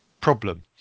problem